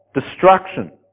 destruction